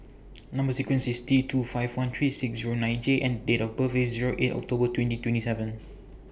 Number sequence IS T two five one three six Zero nine J and Date of birth IS Zero eight October twenty twenty seven